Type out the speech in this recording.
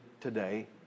today